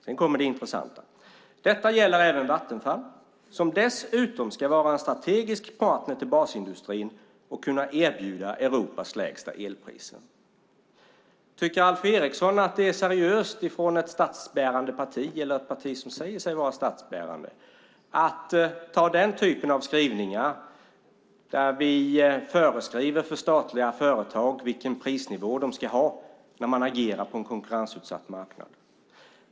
Sedan kommer det intressanta: "Detta gäller även Vattenfall, som dessutom ska vara en strategisk partner till basindustrin och kunna erbjuda Europas lägsta elpriser." Tycker Alf Eriksson att det är seriöst av ett statsbärande parti, eller ett parti som säger sig vara statsbärande, att anta skrivningar där det föreskrivs vilket pris statliga företag ska sätta när de agerar på en konkurrensutsatt marknad?